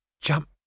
Jump